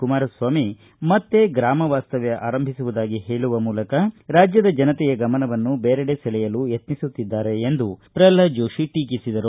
ಕುಮಾರಸ್ನಾಮಿ ಮತ್ತೆ ಗ್ರಾಮ ವಾಸ್ತವ್ಯ ಆರಂಭಿಸುವುದಾಗಿ ಹೇಳುವ ಮೂಲಕ ರಾಜ್ಯದ ಜನತೆಯ ಗಮನವನ್ನು ಬೇರೆಡೆ ಸೆಳೆಯಲು ಯತ್ನಿಸುತ್ತಿದ್ದಾರೆ ಎಂದು ಪ್ರಲ್ನಾದ ಜೋಶಿ ಟೀಕಿಸಿದರು